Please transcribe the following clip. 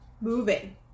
moving